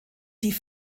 die